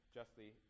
justly